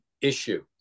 issue